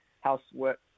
housework